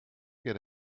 get